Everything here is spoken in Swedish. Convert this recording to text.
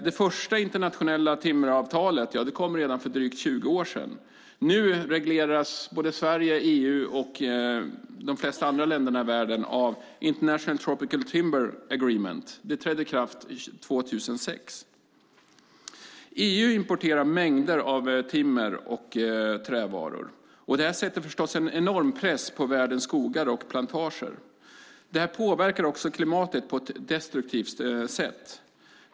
Det första internationella timmeravtalet kom redan för drygt 20 år sedan. Nu regleras både Sverige, EU och de flesta andra länder i världen av International Tropical Timber Agreement, vilket trädde i kraft 2006. EU importerar mängder av timmer och trävaror. Detta sätter förstås en enorm press på världens skogar och plantager. Det påverkar också klimatet på ett destruktivt sätt.